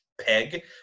peg